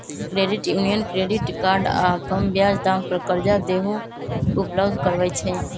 credit union credit card आऽ कम ब्याज दाम पर करजा देहो उपलब्ध करबइ छइ